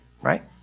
Right